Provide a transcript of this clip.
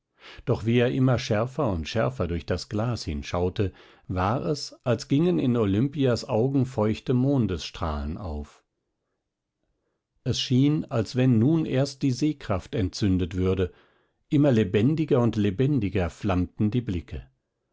doch wie er immer schärfer und schärfer durch das glas hinschaute war es als gingen in olimpias augen feuchte mondesstrahlen auf es schien als wenn nun erst die sehkraft entzündet würde immer lebendiger und lebendiger flammten die blicke